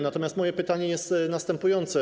Natomiast moje pytanie jest następujące.